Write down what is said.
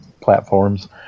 platforms